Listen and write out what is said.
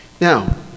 Now